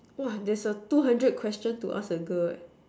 !wah! there's a two hundred question to ask a girl eh